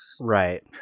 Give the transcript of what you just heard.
Right